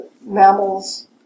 mammals